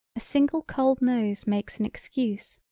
a single cold nose makes an excuse.